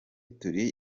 turi